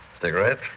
Cigarette